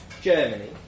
Germany